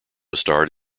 starred